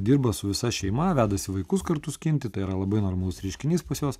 dirba su visa šeima vedasi vaikus kartu skinti tai yra labai normalus reiškinys pas juos